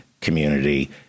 community